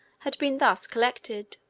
had been thus collected.